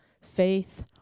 faith